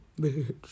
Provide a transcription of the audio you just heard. bitch